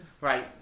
Right